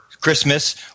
Christmas